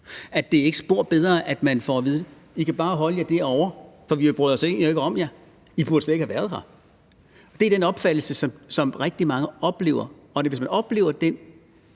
Det er ikke spor bedre, at man får at vide: I kan bare holde jer derovre, for vi bryder os egentlig ikke om jer; I burde slet ikke have været her. Det er den opfattelse, som rigtig mange oplever, og hvis man er en